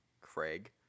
Craig